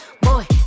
Boy